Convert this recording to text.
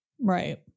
Right